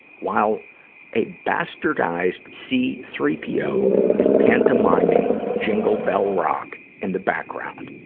while a bastardized c three p o is pantomiming jingle bell rock in the background.